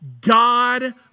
God